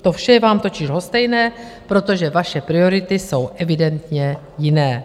To vše je vám totiž lhostejné, protože vaše priority jsou evidentně jiné.